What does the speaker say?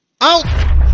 Out